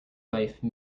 life